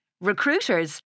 Recruiters